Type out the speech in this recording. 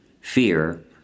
fear